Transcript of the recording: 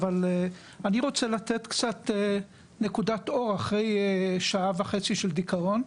אני רוצה לתת קצת נקודת אור אחרי שעה וחצי של דיכאון.